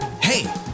Hey